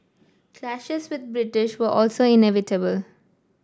clashes with British were also inevitable